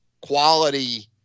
quality